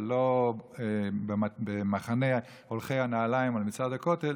אבל לא במחנה הולכי הנעליים במצעד הכותל